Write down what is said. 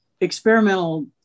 experimental